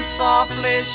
softly